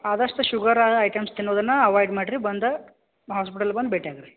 ಆದಷ್ಟು sugar items ತಿನ್ನೋದುನ್ನ avoid ಮಾಡ್ರಿ ಬಂದು ಆಸ್ಪೆಟಲ್ಗ ಬಂದು ಭೇಟಿ ಆಗು ರೀ